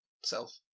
self